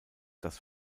das